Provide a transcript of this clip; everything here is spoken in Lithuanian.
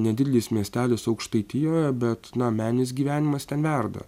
nedidelis miestelis aukštaitijoje bet na meninis gyvenimas ten verda